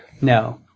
No